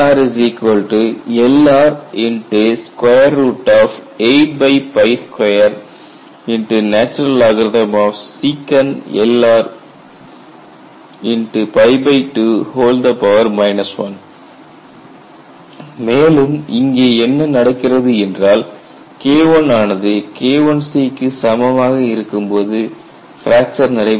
KrLr82ln secLr 2 1 மேலும் இங்கே என்ன நடக்கிறது என்றால் K1 ஆனது K1C க்கு சமமாக இருக்கும்போது பிராக்ஸர் நடைபெறுகிறது